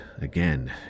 again